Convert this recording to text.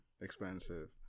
expensive